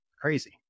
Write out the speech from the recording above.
Crazy